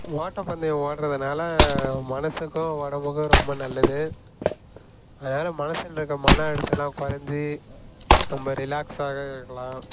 ஓட்டப்பந்தயம் ஓடுகிறதுனால மனதுக்கும் உடம்புக்கும் ரொம்ப நல்லது அதனால் மனசுலிருக்க மனஅழுத்தமெலாம் குறஞ்சி ரொம்ப ரிலாக்ஸாக இருக்கலாம்